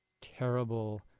terrible